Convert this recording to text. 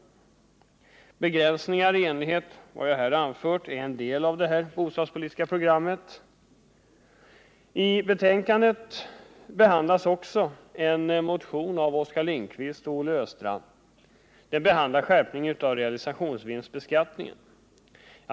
Också begränsningar i de avseenden som jag nämnt är en del av detta bostadspolitiska program. I betänkandet behandlas vidare en motion av Oskar Lindkvist och Olle Östrand om ökningen av realisationsvinstbeskattningen.